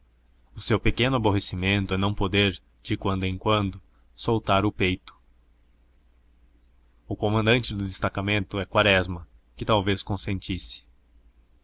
o seu pequeno aborrecimento é não poder de quando em quando soltar o peito o comandante do destacamento é quaresma que talvez consentisse